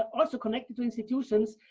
also connected to institutions,